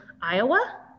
Iowa